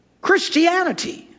Christianity